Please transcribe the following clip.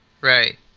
Right